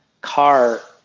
car